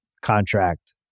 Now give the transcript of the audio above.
contract